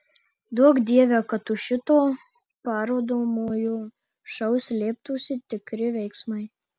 duok dieve kad už šito parodomojo šou slėptųsi tikri veiksmai